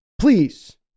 Please